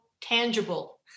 tangible